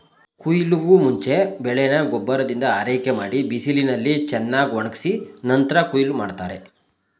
ಕುಯ್ಲಿಗೂಮುಂಚೆ ಬೆಳೆನ ಗೊಬ್ಬರದಿಂದ ಆರೈಕೆಮಾಡಿ ಬಿಸಿಲಿನಲ್ಲಿ ಚೆನ್ನಾಗ್ಒಣುಗ್ಸಿ ನಂತ್ರ ಕುಯ್ಲ್ ಮಾಡ್ತಾರೆ